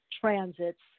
transits